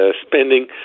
spending –